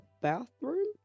bathroom